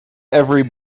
every